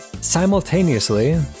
simultaneously